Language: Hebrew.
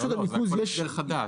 לא, זה הכל הסדר חדש.